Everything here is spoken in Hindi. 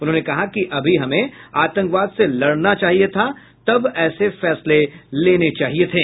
उन्होंने कहा कि अभी हमें आतंकवाद से लड़ना चाहिए था तब ऐसे फैसले लेने चाहिए थे